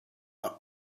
but